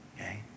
okay